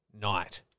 night